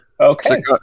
okay